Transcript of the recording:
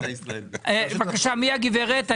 בבקשה, מי הגברת?